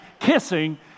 Kissing